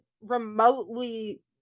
remotely